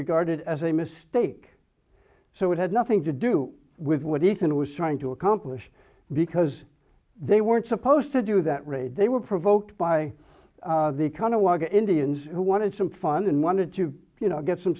regarded as a mistake so it had nothing to do with what ethan was trying to accomplish because they weren't supposed to do that raid they were provoked by the kind of wog indians who wanted some fun and wanted to you know get some